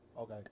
Okay